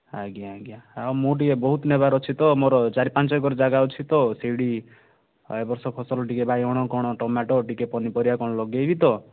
ଆଜ୍ଞା ଆଜ୍ଞା ଆଉ ମୁଁ ଟିକିଏ ବହୁତ ନେବାର ଅଛି ତ ମୋର ଚାରି ପାଞ୍ଚ ଏକର ଜାଗା ଅଛି ତ ସେଇଠି ଆଉ ଏ ବର୍ଷ ଫସଲ ଟିକିଏ ବାଇଗଣ କ'ଣ ଟମାଟୋ ଟିକିଏ ପନିପରିବା କ'ଣ ଲଗେଇବି ତ